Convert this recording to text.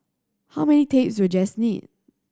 how many tapes will Jess need